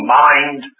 mind